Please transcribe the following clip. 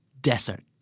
Desert